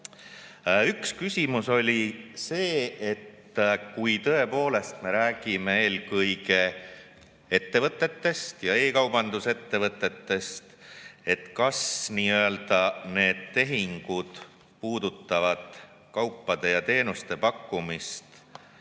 küsimus oli see, et kui me tõepoolest räägime eelkõige ettevõtetest ja e‑kaubanduse ettevõtetest, siis kas need tehingud puudutavad kaupade ja teenuste pakkumist